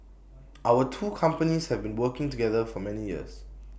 our two companies have been working together for many years